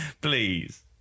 Please